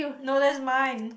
no that's mine